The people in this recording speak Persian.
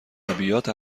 ادبیات